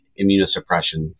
immunosuppression